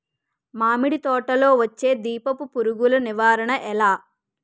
మామిడి తోటలో వచ్చే దీపపు పురుగుల నివారణ ఎలా?